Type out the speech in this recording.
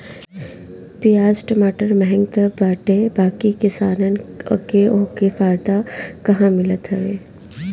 पियाज टमाटर महंग तअ बाटे बाकी किसानन के ओकर फायदा कहां मिलत हवे